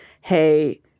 hey